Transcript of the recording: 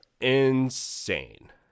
Insane